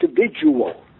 individual